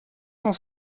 cent